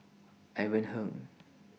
Ivan Heng